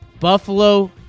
Buffalo